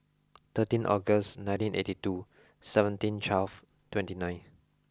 thirteen August nineteen eighty two seventeen twelve twenty nine